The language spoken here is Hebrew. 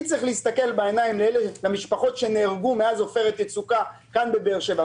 אני צריך להסתכל בעיניים אל המשפחות שנהרגו מאז עופרת יצוקה בבאר שבע.